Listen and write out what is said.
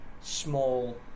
small